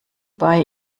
bei